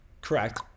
Correct